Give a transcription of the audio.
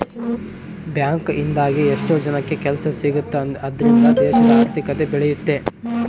bank ಇಂದಾಗಿ ಎಷ್ಟೋ ಜನಕ್ಕೆ ಕೆಲ್ಸ ಸಿಗುತ್ತ್ ಅದ್ರಿಂದ ದೇಶದ ಆರ್ಥಿಕತೆ ಬೆಳಿಯುತ್ತೆ